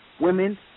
women